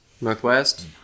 Northwest